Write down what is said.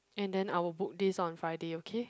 and then I'll book this on Friday okay